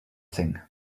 thing